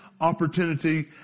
opportunity